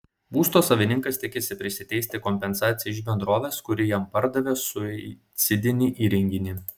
būsto savininkas tikisi prisiteisti kompensaciją iš bendrovės kuri jam pardavė suicidinį įrenginį